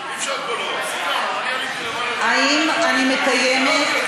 האם אני מקיימת,